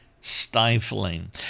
stifling